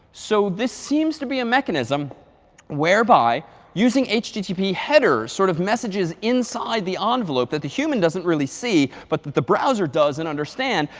so this seems to be a mechanism whereby using http headers sort of messages inside the um envelope that the human doesn't really see, but that the browser doesn't understand.